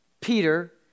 Peter